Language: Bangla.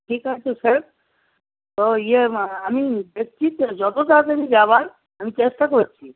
ঠিক আছে স্যার তো ইয়ে আমি দেখছি যত তাড়াতাড়ি যাওয়ার আমি চেষ্টা করছি